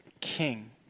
king